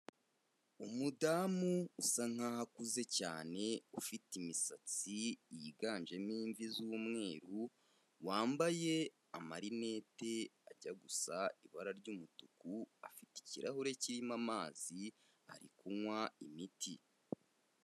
Umudamu usa nkaho akuze cyane ufite imisatsi yiganjemo imvi z'umweru, wambaye amarinete ajya gusa ibara ry'umutuku, afite ikirahure kirimo amazi ari kunywa imiti.